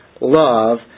love